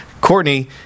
Courtney